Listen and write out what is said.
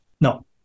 No